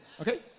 Okay